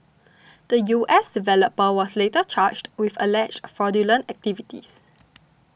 the U S developer was later charged with alleged fraudulent activities